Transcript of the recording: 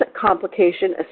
complication